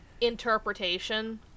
interpretation